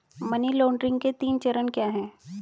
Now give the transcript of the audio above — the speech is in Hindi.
मनी लॉन्ड्रिंग के तीन चरण क्या हैं?